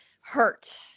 hurt